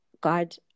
God